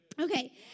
okay